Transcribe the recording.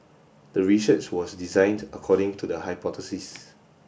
the research was designed according to the hypothesis